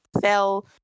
fell